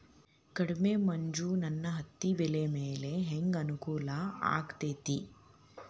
ಕಡಮಿ ಮಂಜ್ ನನ್ ಹತ್ತಿಬೆಳಿ ಮ್ಯಾಲೆ ಹೆಂಗ್ ಅನಾನುಕೂಲ ಆಗ್ತೆತಿ?